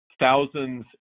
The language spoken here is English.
thousands